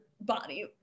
body